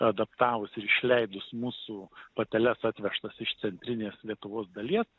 adaptavus ir išleidus mūsų pateles atvežtas iš centrinės lietuvos dalies